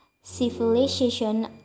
civilization